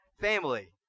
family